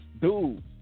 dude